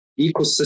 ecosystem